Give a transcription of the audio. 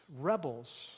rebels